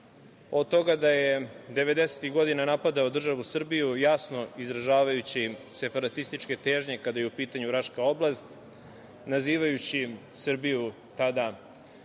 od toga da je 90-ih godina napadao državu Srbiju, jasno izražavajući separatističke težnje kada je u pitanju Raška oblast, nazivajući Srbiju tada